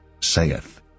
saith